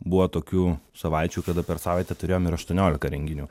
buvo tokių savaičių kada per savaitę turėjom ir aštuoniolika renginių